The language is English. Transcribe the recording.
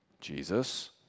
Jesus